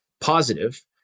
positive